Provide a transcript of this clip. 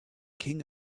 king